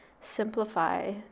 simplify